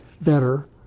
better